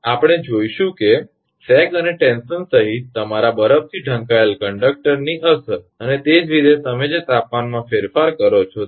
આપણે જોઇશું કે સેગ અને ટેન્શન સહિત તમારા બરફથી ઢંકાયેલ કંડકટરની અસર અને તે જ રીતે તમે જે તાપમાનમાં ફેરફાર કહો છો તે